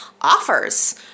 offers